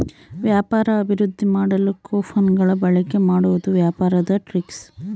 ವ್ಯಾಪಾರ ಅಭಿವೃದ್ದಿ ಮಾಡಲು ಕೊಪನ್ ಗಳ ಬಳಿಕೆ ಮಾಡುವುದು ವ್ಯಾಪಾರದ ಟ್ರಿಕ್ಸ್